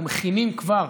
אנחנו מכינים כבר,